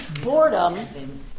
boredom